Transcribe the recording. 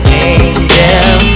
angel